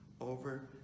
over